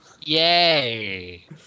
Yay